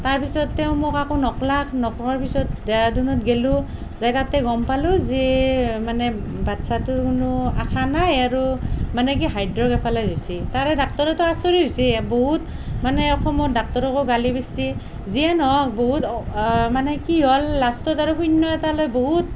তাৰপিছত তেওঁ মোক একো নকলাক নোকোৱাৰ পিছত ডেৰাডুনত গ'লোঁ যাই তাতে গ'ম পালোঁ যে মানে বাচ্ছাটোৰ কোনো আশা নাই আৰু মানে কি হাইড্ৰগেফালাইছ হৈছে তাৰে ডাক্টৰেতো আচৰিত হৈছে এ বহুত মানে অসমৰ ডাক্টৰকো গালি পাচ্ছি যিয়ে নহওক বহুত মানে কি হ'ল লাষ্টত আৰু শূন্য এটা লৈ বহুত